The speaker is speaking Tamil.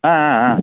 ஆ ஆ ஆ